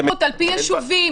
זה מצוין.